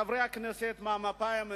חברי הכנסת מהימין,